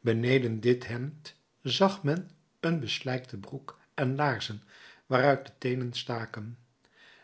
beneden dit hemd zag men een beslijkte broek en laarzen waaruit de teenen staken